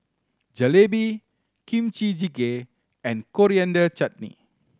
Jalebi Kimchi Jjigae and Coriander Chutney